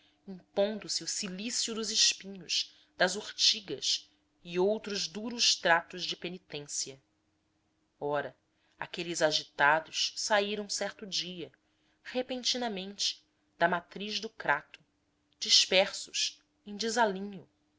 flagelantes impondo se o cilício dos espinhos das urtigas e outros duros tratos de penitência ora aqueles agitados saíram certo dia repentinamente da matriz do crato dispersos em desalinho